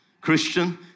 Christian